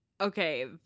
okay